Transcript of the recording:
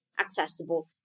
accessible